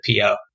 PO